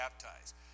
baptized